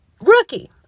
Rookie